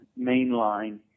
mainline